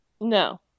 No